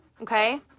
Okay